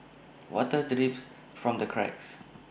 water drips from the cracks